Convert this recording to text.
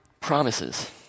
promises